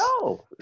No